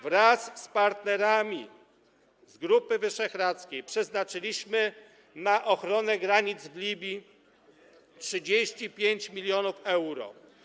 Wraz z partnerami z Grupy Wyszehradzkiej przeznaczyliśmy na ochronę granic w Libii 35 mln euro.